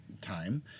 time